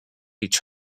each